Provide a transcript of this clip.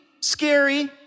scary